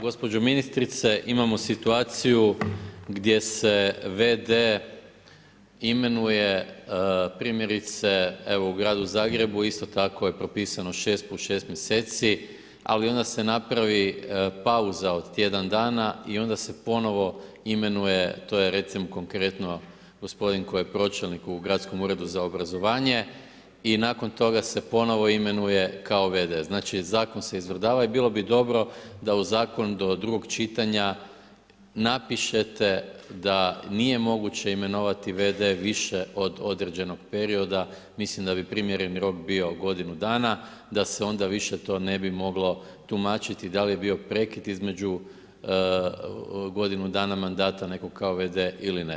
Gospođo ministrice, imamo situaciju gdje se v.d. imenuje primjerice evo u gradu Zagrebu, isto tako je propisano 6+6 mjeseci, ali onda se napravi pauza od tjedan dana i onda se ponovno imenuje, to je recimo konkretno gospodin koji je pročelnik u Gradskom uredu za obrazovanje i nakon toga se ponovno imenuje kao v.d. Znači zakon se izvrdava i bilo bi dobro da u zakon do drugo čitanja napišete da nije moguće imenovati v.d. više od određenog perioda, mislim da bi primjereni rok bio godinu dana, da se onda više to ne bilo tumačiti da li je bio prekid između godinu dana nekog mandata nekog kao v.d. ili ne.